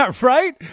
right